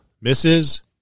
misses